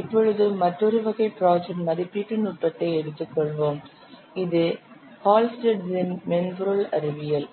இப்பொழுது மற்றொரு வகை ப்ராஜெக்ட் மதிப்பீட்டு நுட்பத்தை எடுத்துக்கொள்வோம் இது ஹால்ஸ்டெட்டின் Halstead's மென்பொருள் அறிவியல்